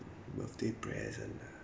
birthday present ah